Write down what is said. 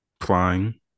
Flying